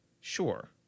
sure